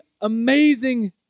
amazing